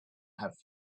have